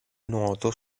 nuoto